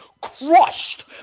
crushed